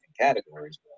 categories